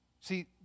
See